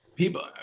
People